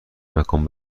مکان